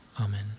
Amen